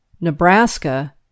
Nebraska